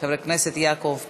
חבר הכנסת יעקב פרי,